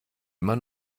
immer